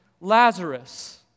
Lazarus